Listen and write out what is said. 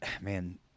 man